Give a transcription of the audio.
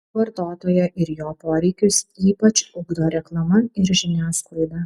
vartotoją ir jo poreikius ypač ugdo reklama ir žiniasklaida